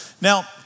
Now